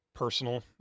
personal